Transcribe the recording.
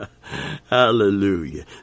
Hallelujah